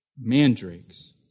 mandrakes